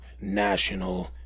National